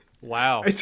Wow